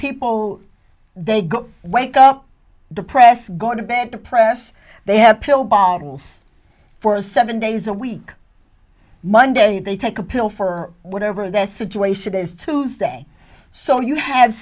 people they go wake up depressed go to bed press they have pill bottles for seven days a week monday they take a pill for whatever the situation is tuesday so you have